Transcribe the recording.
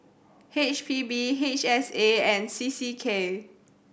H P B H S A and C C K